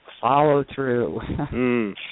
follow-through